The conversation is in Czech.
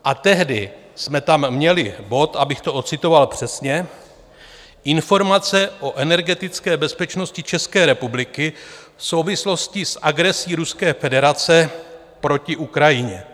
A tehdy jsme tam měli bod, abych to ocitoval přesně, Informace o energetické bezpečnosti České republiky v souvislosti s agresí Ruské federace proti Ukrajině.